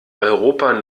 europa